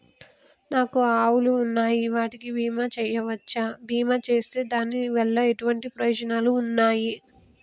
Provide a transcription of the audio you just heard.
నాకు ఆవులు ఉన్నాయి వాటికి బీమా చెయ్యవచ్చా? బీమా చేస్తే దాని వల్ల ఎటువంటి ప్రయోజనాలు ఉన్నాయి?